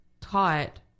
taught